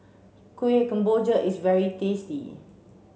Kueh Kemboja is very tasty